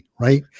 right